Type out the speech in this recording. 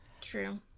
True